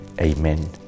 amen